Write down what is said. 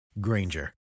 Granger